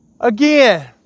Again